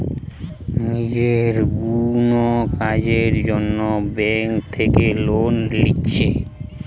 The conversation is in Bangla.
নিজের কুনো কাজের জন্যে ব্যাংক থিকে লোন লিচ্ছে